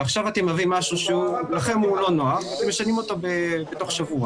ועכשיו אתם מביאים משהו שלכם לא נוח ואתם משנים אותו תוך שבוע.